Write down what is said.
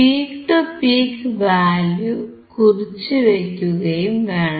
peak to peak value കുറിച്ചുവയ്ക്കുകയും വേണം